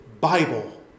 Bible